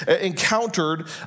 encountered